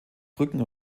brücken